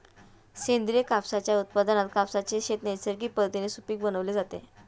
सेंद्रिय कापसाच्या उत्पादनात कापसाचे शेत नैसर्गिक पद्धतीने सुपीक बनवले जाते